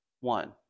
one